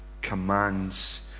commands